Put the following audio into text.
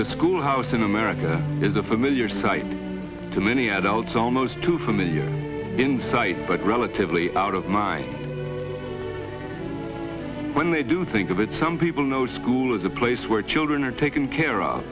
the schoolhouse in america is a familiar sight to many adults almost too familiar in sight but relatively out of mind when they do think of it some people know school is a place where children are taken care of